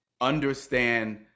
understand